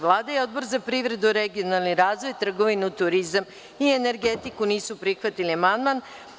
Vlada i Odbor za privredu, regionalni razvoj, trgovinu, turizam i energetiku nisu prihvatili amandman.